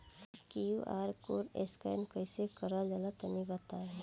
QR code scan कैसे क़रल जला तनि बताई?